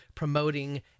promoting